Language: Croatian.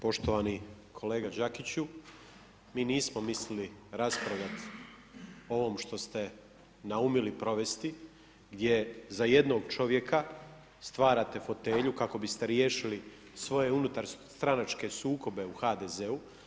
Poštovani kolega Đakiću, mi nismo mislili raspravljati o ovome što ste naumili provesti gdje za jednog čovjeka stvarate fotelju kako biste riješili svoje unutarstranačke sukobe u HDZ-u.